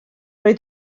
oedd